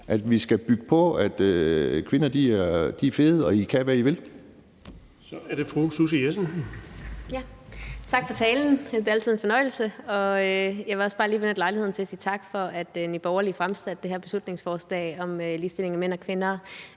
(Erling Bonnesen): Så er det fru Susie Jessen. Kl. 17:45 Susie Jessen (DD): Tak for talen. Det er altid en fornøjelse, og jeg vil også bare lige benytte lejligheden til at sige tak for, at Nye Borgerlige fremsatte det her beslutningsforslag om ligestilling af mænd og kvinder,